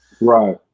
Right